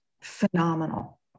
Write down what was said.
phenomenal